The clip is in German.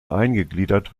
eingegliedert